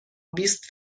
بیست